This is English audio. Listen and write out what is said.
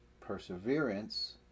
Perseverance